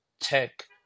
tech